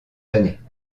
années